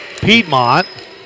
Piedmont